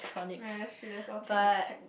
ya that's true that's all tech tech